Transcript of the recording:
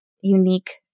unique